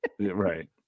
Right